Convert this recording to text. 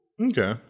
Okay